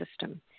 system